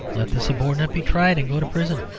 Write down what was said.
let the subordinate be tried and go to prison.